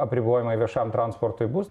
apribojimai viešajam transportui bus